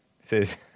says